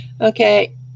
Okay